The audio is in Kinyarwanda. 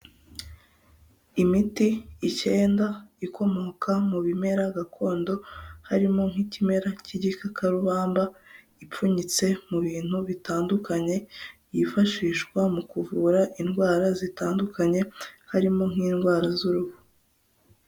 Imiti icyenda ikomoka mu bimera gakondo harimo nk'ikimera k'ihikakarubamba, ipfunyitse mu bintu bitandukanye byifashishwa mu kuvura indwara zitandukanye harimo nk'indwara z'uruhu.